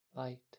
Light